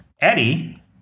Eddie